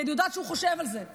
כי אני יודעת שהוא חושב על זה: